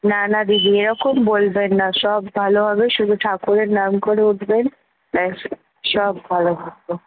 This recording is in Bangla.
না না দিদি এরকম বলবেন না সব ভালো হবে শুধু ঠাকুরের নাম করে উঠবেন আর সব ভালো হবে